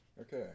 Okay